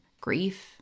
grief